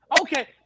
Okay